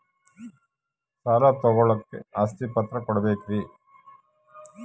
ಸಾಲ ತೋಳಕ್ಕೆ ಆಸ್ತಿ ಪತ್ರ ಕೊಡಬೇಕರಿ?